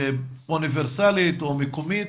אוניברסלית או מקומית?